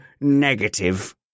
negative